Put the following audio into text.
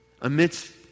Amidst